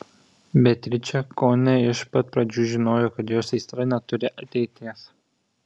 beatričė kone iš pat pradžių žinojo kad jos aistra neturi ateities